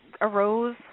arose